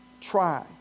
Try